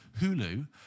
Hulu